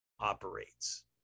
operates